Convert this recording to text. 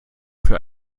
für